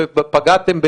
ופגעתם,